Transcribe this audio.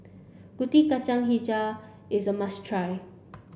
Kuih Kacang Hijau is a must try